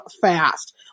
fast